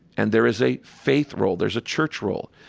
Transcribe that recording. and there is a faith role. there's a church role.